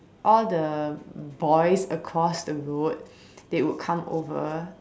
all the boys across the road they would come over